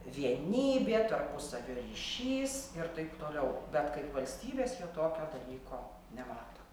vienybė tarpusavio ryšys ir taip toliau bet kaip valstybės jie tokio dalyko nemato